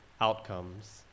outcomes